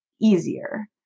easier